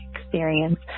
experience